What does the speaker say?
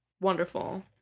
Wonderful